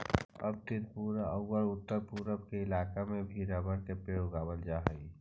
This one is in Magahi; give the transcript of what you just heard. अब त्रिपुरा औउर उत्तरपूर्व के इलाका में भी रबर के पेड़ उगावल जा हई